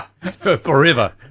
Forever